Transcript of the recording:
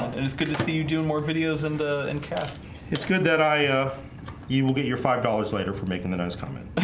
and it's good to see you doing more videos and ah and casts it's good that i you will get your five dollars later for making the nice comment.